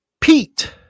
Pete